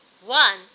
One